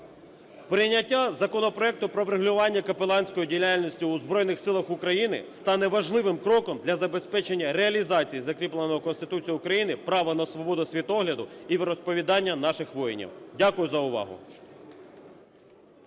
Прийняття законопроекту про врегулювання капеланської діяльності у Збройних Силах України стане важливим кроком для забезпечення реалізації закріпленого Конституцією України права на свободу світогляду і віросповідання наших воїнів. Дякую за увагу.